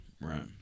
Right